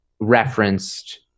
referenced